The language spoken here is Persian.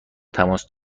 تماس